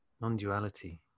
non-duality